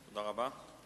תודה רבה.